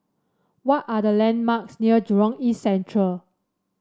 what are the landmarks near Jurong East Central